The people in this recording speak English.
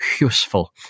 useful